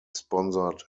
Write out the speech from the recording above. sponsored